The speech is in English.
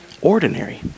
ordinary